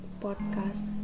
podcast